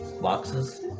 Boxes